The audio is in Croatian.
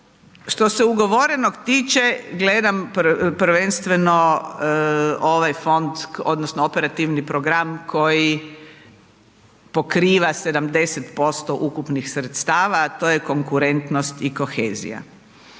Što se ugovorenog tiče, gledam prvenstveno ovaj fond, odnosno operativni program koji pokriva 70% ukupnih sredstava, a to je konkurentnost i kohezija.